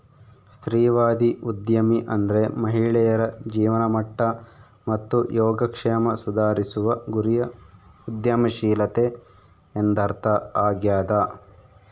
ಸ್ತ್ರೀವಾದಿ ಉದ್ಯಮಿ ಅಂದ್ರೆ ಮಹಿಳೆಯರ ಜೀವನಮಟ್ಟ ಮತ್ತು ಯೋಗಕ್ಷೇಮ ಸುಧಾರಿಸುವ ಗುರಿಯ ಉದ್ಯಮಶೀಲತೆ ಎಂದರ್ಥ ಆಗ್ಯಾದ